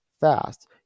fast